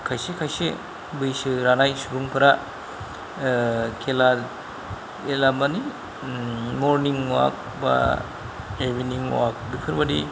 खायसे खायसे बैसो रानाय सुबुंफोरा खेला खेला माने मर्निं अवाक बा इभिनिं अवाक बेफोरबादि